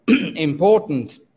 important